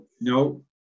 no